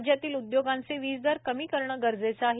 राज्यातील उदयोगांचे वीज दर कमी करणे गरजेचे आहे